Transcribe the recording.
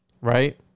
Right